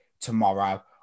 tomorrow